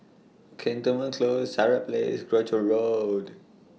Cantonment Close Sirat Place Croucher Road